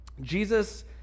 Jesus